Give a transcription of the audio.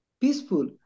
peaceful